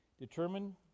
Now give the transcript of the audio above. Determine